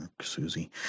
Susie